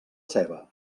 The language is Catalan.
ceba